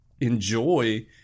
enjoy